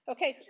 Okay